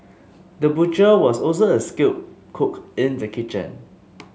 the butcher was also a skilled cook in the kitchen